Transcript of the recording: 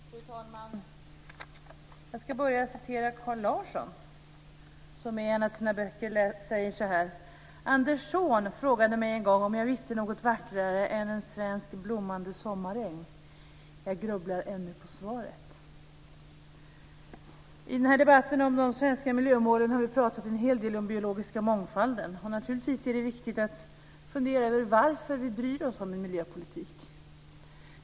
Fru talman! Jag ska börja med att referera vad Carl Larsson säger i en av sina böcker: Anders Zorn frågade mig en gång om jag visste något vackrare än en svensk blommande sommaräng. Jag grubblar ännu på svaret. I debatten om de svenska miljömålen har vi talat en hel del om biologisk mångfald. Det är viktigt att fundera över varför vi bryr oss om miljöpolitik.